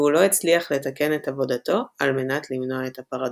והוא לא הצליח לתקן את עבודתו על מנת למנוע את הפרדוקס.